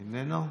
איננו.